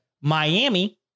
Miami